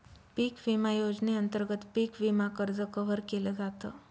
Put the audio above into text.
पिक विमा योजनेअंतर्गत पिक विमा कर्ज कव्हर केल जात